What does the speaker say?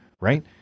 Right